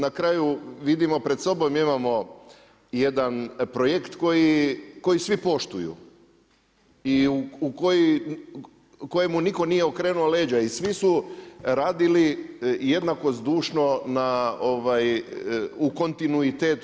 Na kraju vidimo, pred sobom imamo jedan projekt koji svi poštuju i kojemu nitko nije okrenuo leđa i svi su radili jednako zdušno u kontinuitetu.